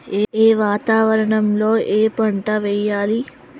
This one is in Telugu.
ఏ వాతావరణం లో ఏ పంట వెయ్యాలి?